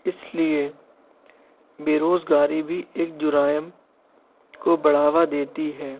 اس لیے بےروزگاری بھی ایک جرائم کو بڑھاوا دیتی ہے